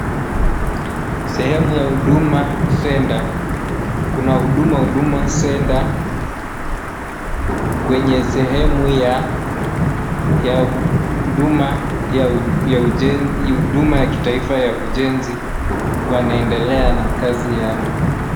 Seheu ya Huduma Center kuna huduma ya huduma center kwenye sehemu ya uhuduma ya kitaifa ya ujenzi wanaendelea na kazi yao.